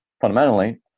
Fundamentally